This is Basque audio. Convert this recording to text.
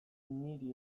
niri